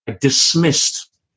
dismissed